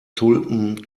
tulpen